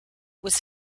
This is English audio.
was